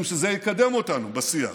משום שזה יקדם אותנו בשיח.